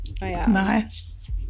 nice